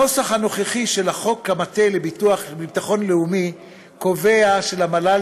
הנוסח הנוכחי של חוק המטה לביטחון לאומי קובע שלמל"ל